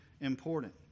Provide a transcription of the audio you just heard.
important